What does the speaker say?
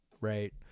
right